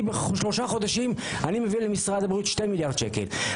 אני בשלושה חודשים מביא למשרד הבריאות שני מיליארד שקל.